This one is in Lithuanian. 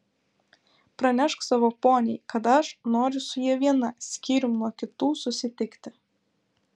pranešk savo poniai kad aš noriu su ja viena skyrium nuo kitų susitikti